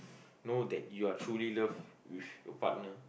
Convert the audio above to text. know that you are truly in love with your partner